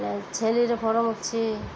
ଛେଳିର ଫାର୍ମ ଅଛି